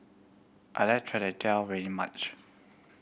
I like teow very much